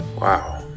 Wow